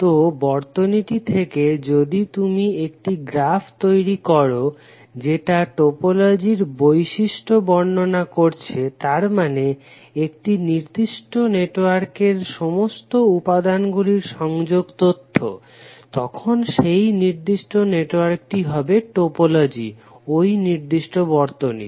তো বর্তনীটি থেকে যদি তুমি একটি গ্রাফ তৈরি করো যেটা টোপোলজির বৈশিষ্ট্য বর্ণনা করছে তারমানে একটি নির্দিষ্ট নেটওয়ার্কের সমস্ত উপাদান গুলির সংযোগ তথ্য তখন সেই নির্দিষ্ট নেটওয়ার্কটি হবে টোপোলজি ঐ নির্দিষ্ট বর্তনীর